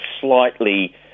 slightly